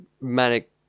manic